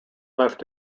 left